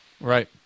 Right